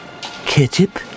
Ketchup